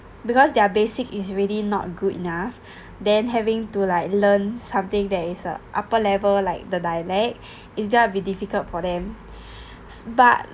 because their basic is really not good enough then having to like learn something that's a upper level like the dialect it'll be difficult for them but